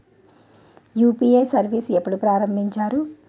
UPI service ఎప్పుడు ప్రారంభించారు?